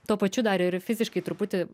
tuo pačiu dar ir fiziškai truputį